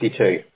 1962